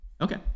Okay